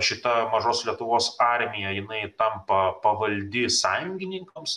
šita mažos lietuvos armija jinai tampa pavaldi sąjungininkams